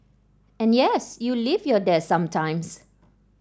and yes you leave your desk sometimes